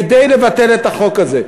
לבטל את המענק הזה?